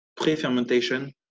pre-fermentation